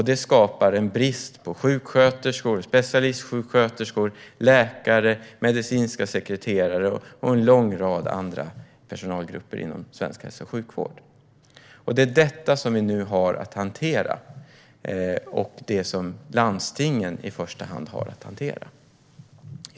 Detta skapar en brist på sjuksköterskor, specialistsjuksköterskor, läkare, medicinska sekreterare och en lång rad andra personalgrupper inom svensk hälso och sjukvård. Det är detta som vi - och i första hand landstingen - nu har att hantera.